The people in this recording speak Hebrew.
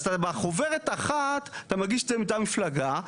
אז בחוברת אחת אתה מגיש מטעם מפלגה.